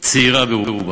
צעירה ברובה,